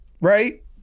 right